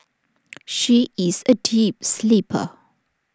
she is A deep sleeper